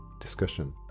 discussion